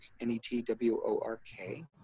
N-E-T-W-O-R-K